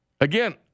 Again